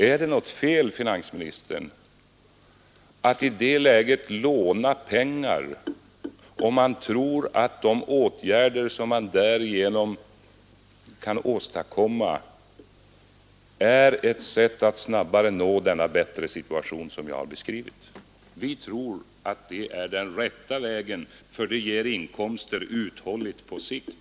Är det något fel, finansministern, att i det läget låna pengar om man tror att de åtgärder man därigenom kan åstadkomma är ett sätt att snabbare nå den bättre situation som jag har beskrivit? Vi tror att det är den rätta vägen, för den ger inkomster uthålligt och på sikt.